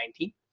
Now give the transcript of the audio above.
2019